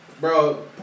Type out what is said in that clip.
Bro